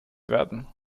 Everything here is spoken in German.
werden